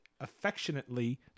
affectionately